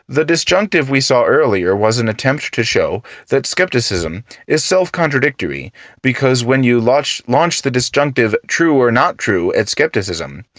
the disjunctive we saw earlier was an attempt to show that skepticism is self-contradictory because when you launch launch the disjunctive true or not true at skepticism,